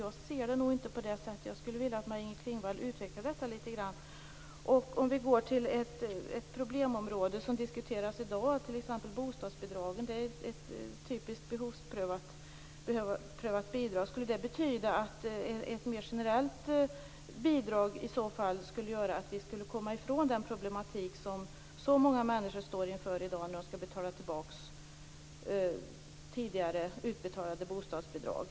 Jag ser det inte på det sättet. Jag skulle vilja att Maj-Inger Klingvall utvecklar detta lite grann. Vi kan gå till ett problemområde som diskuteras i dag - bostadsbidragen. Det är ett typiskt behovsprövat bidrag. Skulle ett mer generellt bidrag betyda att vi skulle komma ifrån den problematik som så många människor står inför i dag när de skall betala tillbaks tidigare utbetalade bostadsbidrag?